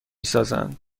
سازند